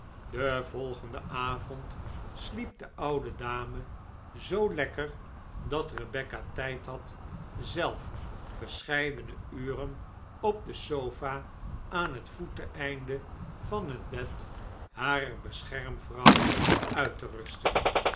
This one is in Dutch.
den volgenden avond slicp de oudc dame zoo lekker dat rebecca tijd had zelf verscheidene uren op de sofa aan het voeteneinde van het bed harer beschermvrouw uit te rusten